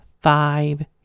Five